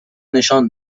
نشان